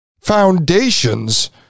foundations